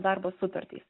darbo sutartys